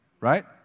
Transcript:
right